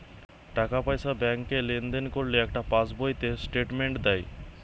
টাকা পয়সা ব্যাংকে লেনদেন করলে একটা পাশ বইতে স্টেটমেন্ট দেয়